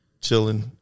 chilling